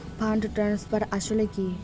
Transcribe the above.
Fund transfer আসলে কী?